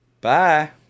Bye